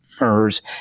MERS